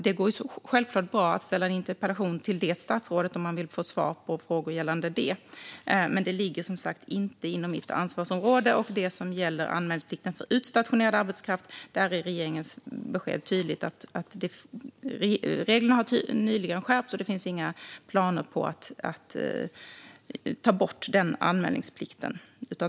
Det går självklart bra att ställa en interpellation till det statsrådet om man vill få svar på frågor gällande detta, men det ligger som sagt inte inom mitt ansvarsområde. När det gäller anmälningsplikten för utstationerad arbetskraft är regeringens besked tydligt: Reglerna har nyligen skärpts, och det finns inga planer på att ta bort anmälningsplikten.